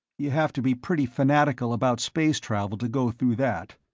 you have to be pretty fanatical about space travel to go through that.